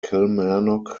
kilmarnock